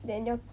then 就